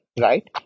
Right